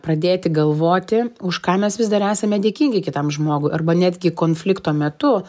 pradėti galvoti už ką mes vis dar esame dėkingi kitam žmogui arba netgi konflikto metu